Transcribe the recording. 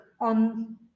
on